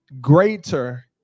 greater